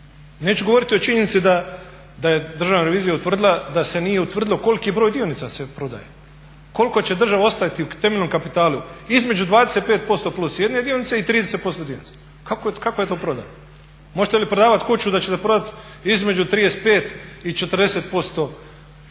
Neću govoriti o činjenici da je Državna revizija utvrdila da se nije utvrdilo koliki broj dionica se prodaje, koliko će država ostaviti u temeljenom kapitalu između 25% plus jedne dionice i 30% dionica. Kakva je to prodaja? Možete li prodavati kuću da ćete prodati između 35 i 40% kuće